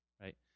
right